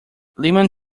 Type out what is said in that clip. lemon